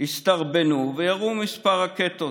הסתרבנו וירו כמה רקטות.